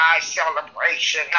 celebration